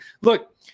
look